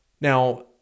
Now